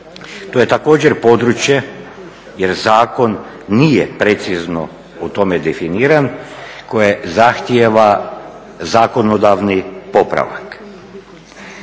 To je također područje jer zakon nije precizno u tome definiran, koje zahtjeva zakonodavni popravak.